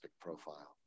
profile